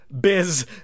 Biz